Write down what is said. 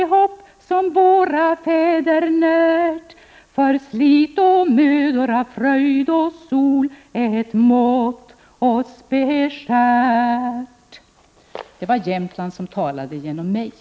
1988/89:13 för slit och mödor av fröjd och sol ett mått oss beskärt.” 21 oktober 1988 Det var Jämtland som talade genom mig.